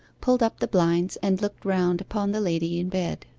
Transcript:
pulled up the blinds, and looked round upon the lady in bed,